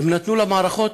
והם נתנו למערכות